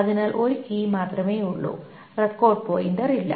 അതിനാൽ ഒരു കീ മാത്രമേയുള്ളൂ റെക്കോർഡ് പോയിന്റർ ഇല്ല